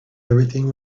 everything